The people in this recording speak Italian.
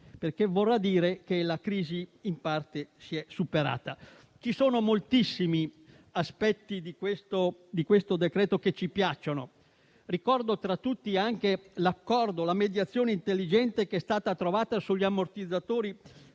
perché ciò vorrà dire che la crisi in parte è stata superata. Ci sono moltissimi aspetti del decreto-legge sostegni*-bis* che ci piacciono. Ricordo, tra tutti, anche l'accordo e la mediazione intelligente che è stata trovata sugli ammortizzatori